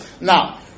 now